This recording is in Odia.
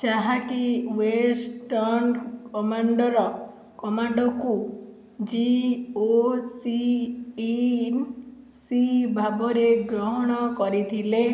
ଯାହାକି ୱେଷ୍ଟର୍ନ କମାଣ୍ଡର କମାଣ୍ଡକୁ ଜିଓସିଇନ୍ସି ଭାବରେ ଗ୍ରହଣ କରିଥିଲେ